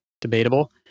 debatable